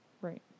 right